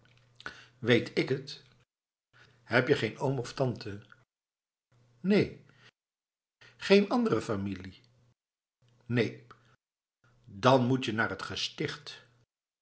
weet ik het heb je geen oom of tante neen geen andere familie neen dan moet je naar t gesticht